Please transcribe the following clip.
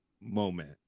moment